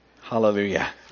Hallelujah